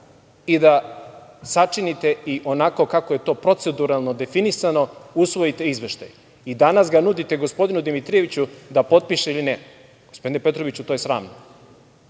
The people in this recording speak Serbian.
i da sačinite i onako kako je to proceduralno definisano, usvojite izveštaj. Danas ga nudite gospodinu Dimitrijeviću da potpiše ili ne. Gospodine Petroviću, to je sramno.